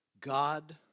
God